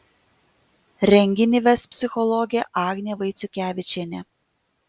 renginį ves psichologė agnė vaiciukevičienė